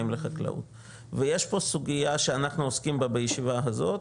לחקלאות ויש פה סוגייה שאנחנו עוסקים בה בישיבה הזאת,